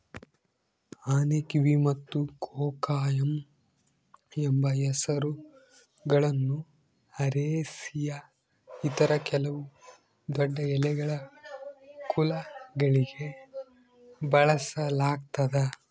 ಆನೆಕಿವಿ ಮತ್ತು ಕೊಕೊಯಮ್ ಎಂಬ ಹೆಸರುಗಳನ್ನು ಅರೇಸಿಯ ಇತರ ಕೆಲವು ದೊಡ್ಡಎಲೆಗಳ ಕುಲಗಳಿಗೆ ಬಳಸಲಾಗ್ತದ